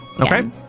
Okay